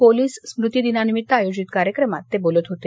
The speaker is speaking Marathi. पोलीस स्मुतीदिनानिमित्त आयोजित कार्यक्रमांत ते बोलत होते